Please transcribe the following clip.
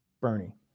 Bernie